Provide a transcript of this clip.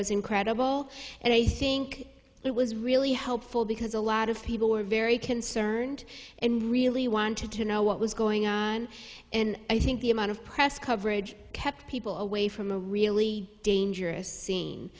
was incredible and i think it was really helpful because a lot of people were very concerned and really wanted to know what was going on and i think the amount of press coverage kept people away from a really dangerous scen